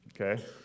Okay